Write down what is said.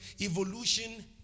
Evolution